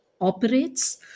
operates